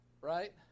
right